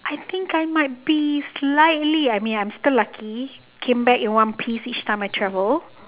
I think I might be slightly I mean I'm still lucky came back in one piece each time I travel